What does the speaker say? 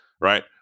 right